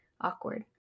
awkward